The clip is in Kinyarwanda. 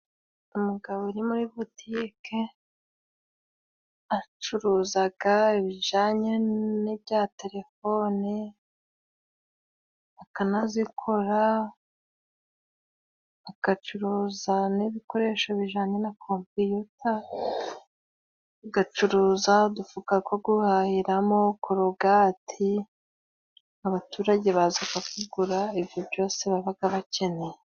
Umugabo uri muri butike, acuruza ibijyanye n'ibya terefone akanazikora, agacuruza n'ibikoresho bijyanye na kompiyuta, agacuruza udufuka two guhahiramo, korogati, abaturage baza kugura ibyo byose baba bakeneye.